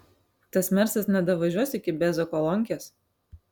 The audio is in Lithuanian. tas mersas nedavažiuos iki bezokolonkės